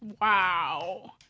Wow